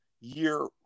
year